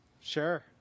Sure